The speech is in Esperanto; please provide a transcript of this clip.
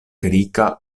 rika